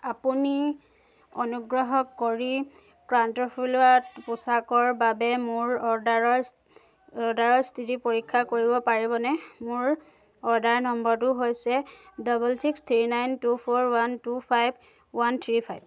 আপুনি অনুগ্ৰহ কৰি ক্ৰাক্টফিলোৱাত পোচাকৰ বাবে মোৰ অৰ্ডাৰৰ অৰ্ডাৰৰ স্থিতি পৰীক্ষা কৰিব পাৰিবনে মোৰ অৰ্ডাৰ নম্বৰটো হৈছে double six three nine two four one two five one three five